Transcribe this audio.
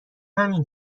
همین